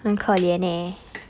很可怜 leh